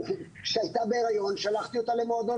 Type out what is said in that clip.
כשהייתה בהיריון שלחתי אותה למועדון